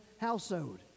household